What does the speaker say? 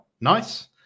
nice